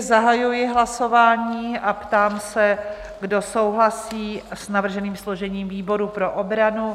Zahajuji hlasování a ptám se, kdo souhlasí s navrženým složením výboru pro obranu?